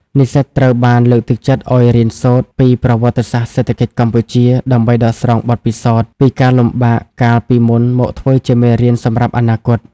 និស្សិតត្រូវបានលើកទឹកចិត្តឱ្យរៀនសូត្រពី "ប្រវត្តិសាស្ត្រសេដ្ឋកិច្ចកម្ពុជា" ដើម្បីដកស្រង់បទពិសោធន៍ពីការលំបាកកាលពីមុនមកធ្វើជាមេរៀនសម្រាប់អនាគត។